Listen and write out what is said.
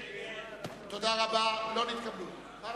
מי